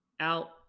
Out